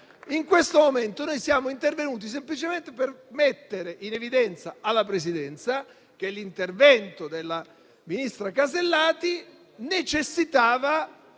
In questo momento noi siamo intervenuti semplicemente per mettere in evidenza alla Presidenza che l'intervento della ministra Casellati necessitava